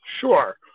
Sure